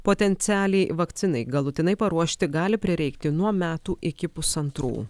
potencialiai vakcinai galutinai paruošti gali prireikti nuo metų iki pusantrų